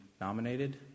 nominated